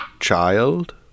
child